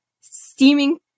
steaming